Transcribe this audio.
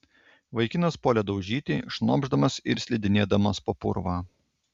vaikinas puolė daužyti šnopšdamas ir slidinėdamas po purvą